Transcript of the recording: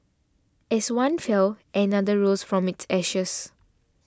as one fell another rose from its ashes